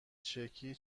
چکی